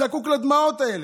זקוק לדמעות האלה.